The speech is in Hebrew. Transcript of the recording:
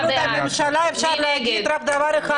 בתקנות שעת חרום המובאות בה,